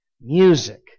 music